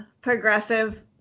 progressive